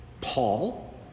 Paul